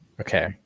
Okay